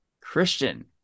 Christian